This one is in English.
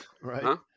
right